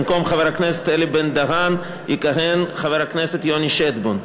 במקום חבר הכנסת אלי בן-דהן יכהן חבר הכנסת יוני שטבון.